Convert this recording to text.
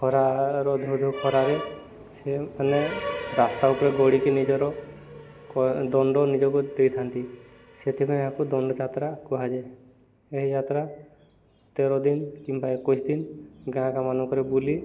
ଖରାର ଧୁଧୁ ଖରାରେ ସେମାନେ ରାସ୍ତା ଉପରେ ଗୋଢ଼ିକି ନିଜର ଦଣ୍ଡ ନିଜକୁ ଦେଇଥାନ୍ତି ସେଥିପାଇଁ ଏହାକୁ ଦଣ୍ଡ ଯାତ୍ରା କୁହାଯାଏ ଏହି ଯାତ୍ରା ତେର ଦିନ କିମ୍ବା ଏକୋଇଶି ଦିନ ଗାଁ ଗାଁ ମାନଙ୍କରେ ବୁଲି